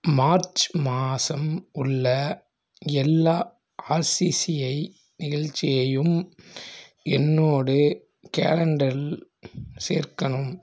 March மாதம் உள்ள எல்லா ஆர்சிசிஐ நிகழ்ச்சியையும் என்னோட கேலண்டரில் சேர்க்கணும்